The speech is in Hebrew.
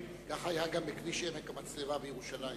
כך היה גם בכביש עמק המצלבה בירושלים.